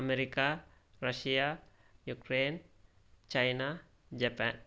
America Russia Ukraine China Japan